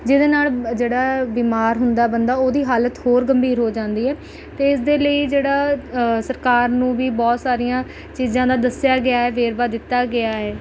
ਜਿਹਦੇ ਨਾਲ ਜਿਹੜਾ ਬਿਮਾਰ ਹੁੰਦਾ ਬੰਦਾ ਉਹਦੀ ਹਾਲਤ ਹੋਰ ਗੰਭੀਰ ਹੋ ਜਾਂਦੀ ਹੈ ਅਤੇ ਇਸ ਦੇ ਲਈ ਜਿਹੜਾ ਸਰਕਾਰ ਨੂੰ ਵੀ ਬਹੁਤ ਸਾਰੀਆਂ ਚੀਜ਼ਾਂ ਦਾ ਦੱਸਿਆ ਗਿਆ ਹੈ ਵੇਰਵਾ ਦਿੱਤਾ ਗਿਆ ਹੈ